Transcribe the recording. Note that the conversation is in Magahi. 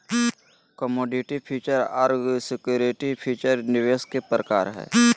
कमोडिटी फीचर आर सिक्योरिटी फीचर निवेश के प्रकार हय